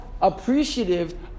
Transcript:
appreciative